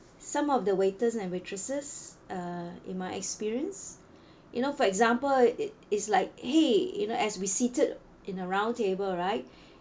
some of the waiters and waitresses uh in my experience you know for example it is like !hey! you know as we seated in a round table right